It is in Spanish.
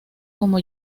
como